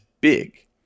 big